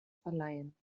verleihen